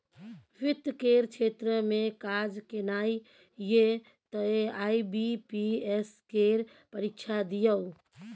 वित्त केर क्षेत्र मे काज केनाइ यै तए आई.बी.पी.एस केर परीक्षा दियौ